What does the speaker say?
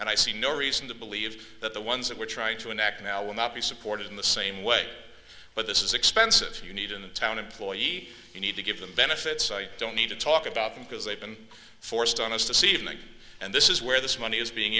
and i see no reason to believe that the ones that we're trying to enact now will not be supported in the same way but this is expensive you need in the town employee you need to give them benefits so you don't need to talk about them because they've been forced on us to see them and this is where this money is being